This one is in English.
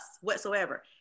whatsoever